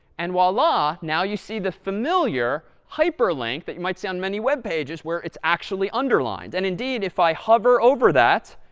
and voila, now you see the familiar hyperlink that you might see on many web pages where it's actually underlined. and indeed, if i hover over that